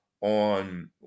on